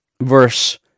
verse